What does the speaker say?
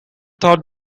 thought